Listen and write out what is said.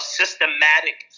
systematic